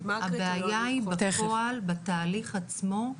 הבעיה היא בפועל בתהליך עצמו,